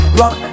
rock